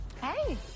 hey